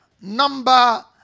Number